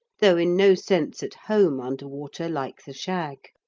though in no sense at home under water like the shag.